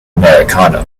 americano